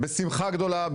בשמחה גדולה,